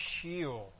shield